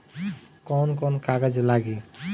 कौन कौन कागज लागी?